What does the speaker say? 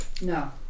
no